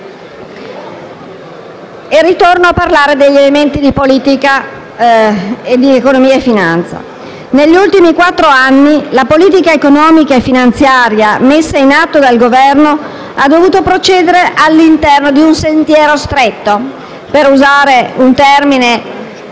Ritorno ora a parlare degli elementi di politica e di economia e finanza. Negli ultimi quattro anni la politica economica e finanziaria messa in atto dal Governo ha dovuto procedere all'interno di un sentiero stretto - per usare un'espressione